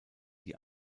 die